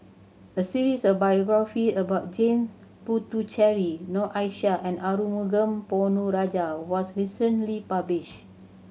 a series of biography about Jame Puthucheary Noor Aishah and Arumugam Ponnu Rajah was recently published